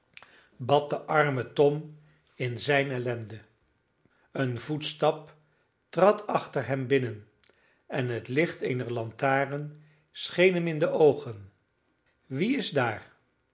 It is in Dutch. bad de arme tom in zijne ellende een voetstap trad achter hem binnen en het licht eener lantaren scheen hem in de oogen wie is daar